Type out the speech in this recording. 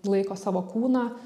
laiko savo kūną